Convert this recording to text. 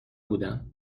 بودم